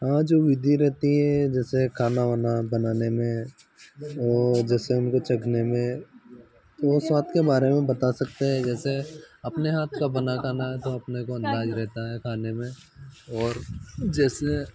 हाँ जो विधि रहती है जैसे खाना वाना बनाने में जैसे हमको चखने में तो यह स्वाद के बारे में बता सकते हैं जैसे अपने हाथ का बना खाना तो अपने को अंदाज़ा रहता है खाने में और जैसे